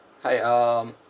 hi um